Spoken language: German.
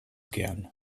gern